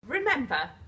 Remember